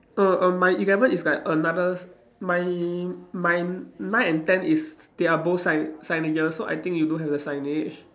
oh err my eleven is like another my my nine and ten is they are both sign signages so I think you don't have the signage